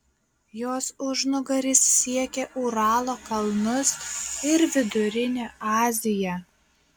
jos užnugaris siekia uralo kalnus ir vidurinę aziją